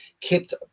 kept